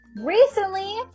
recently